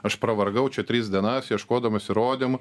aš pavargau čia tris dienas ieškodamas įrodymų